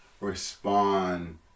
respond